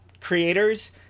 creators